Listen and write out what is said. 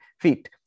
feet